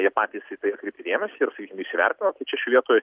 jie patys į tai atkreipti dėmesį ir sakykim įsivertino tai čia šioj vietoj